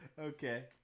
Okay